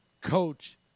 coach